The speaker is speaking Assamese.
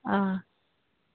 অঁ